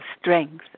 strength